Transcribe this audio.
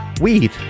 Weed